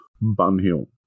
Bunhill